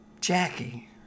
Jackie